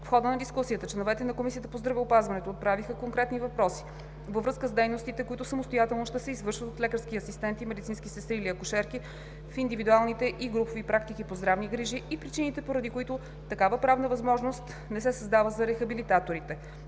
В хода на дискусията, членовете на Комисията по здравеопазването отправиха конкретни въпроси във връзка с дейностите, които самостоятелно ще се извършват от лекарски асистенти, медицински сестри или акушерки в индивидуалните и групови практики по здравни грижи и причините, поради които такава правна възможност не се създава и за рехабилитаторите.